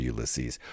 Ulysses